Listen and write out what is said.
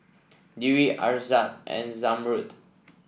Dwi Aizat and Zamrud